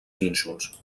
nínxols